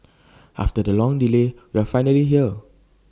after the long delay we are finally here